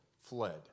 fled